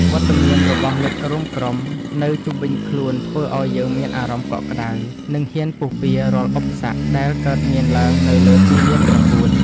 វត្តមានរបស់មិត្តរួមក្រុមនៅជុំវិញខ្លួនធ្វើឱ្យយើងមានអារម្មណ៍កក់ក្តៅ និង ហ៊ានពុះពាររាល់ឧបសគ្គដែលកើតមានឡើងនៅលើទីលានប្រកួត។